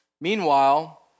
Meanwhile